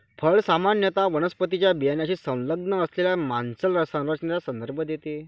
फळ सामान्यत वनस्पतीच्या बियाण्याशी संलग्न असलेल्या मांसल संरचनेचा संदर्भ देते